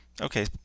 Okay